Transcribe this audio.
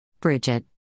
Bridget